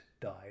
died